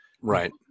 right